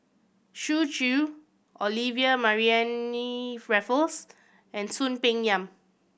Xu Zhu Olivia Mariamne Raffles and Soon Peng Yam